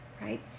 right